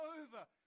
over